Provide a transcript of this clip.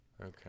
okay